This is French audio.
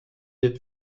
êtes